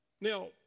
Now